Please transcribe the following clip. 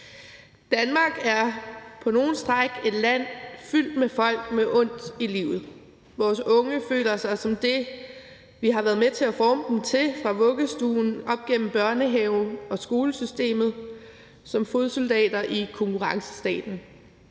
stræk et land fyldt med folk med ondt i livet. Vores unge føler sig som det, vi har været med til at forme dem til fra vuggestuen, op igennem børnehave- og skolesystemet, nemlig som fodsoldater i konkurrencestaten